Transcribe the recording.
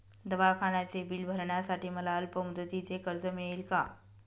दवाखान्याचे बिल भरण्यासाठी मला अल्पमुदतीचे कर्ज मिळेल का?